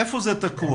איפה זה תקוע?